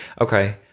Okay